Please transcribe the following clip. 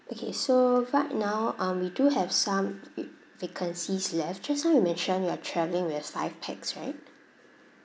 okay so right now um we do have some vacancies left just now you mentioned you are travelling with five pax right